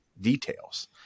details